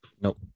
Nope